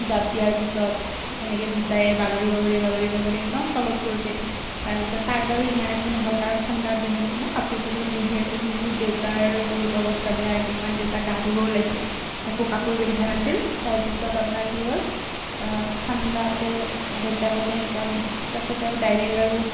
জাঁপ দিয়াৰ পিছত এনেকে দুয়োটায়ে বাগৰি বাগৰি বাগৰি বাগৰি একদম তলত পৰিছে তাৰপিছত তাৰ বাৰু ইমান একো নহ'ল কাৰণ ঠাণ্ডাৰ দিন আছিল ন' কাপোৰ চাপোৰ পিন্ধি আছিল কিন্তু দেউতাৰ বহুত অৱস্থা বেয়া হৈ গ'ল কাৰণ দেউতা গা ধুব ওলাইছিল একো কাপোৰ পিন্ধা নাছিল তাৰপিছত আপোনাৰ কি হ'ল ঠাণ্ডাতে দেউতাৰ মানে একদম তাৰ পাচত ডাইৰেক্ট আৰু